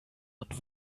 und